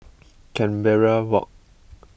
Canberra Walk